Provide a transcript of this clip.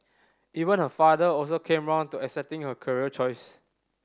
even her father also came round to accepting her career choice